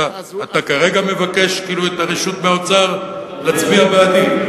אתה כרגע מבקש כאילו את הרשות מהאוצר להצביע בעדי?